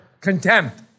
contempt